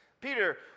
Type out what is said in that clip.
Peter